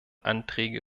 anträge